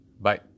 Bye